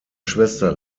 schwester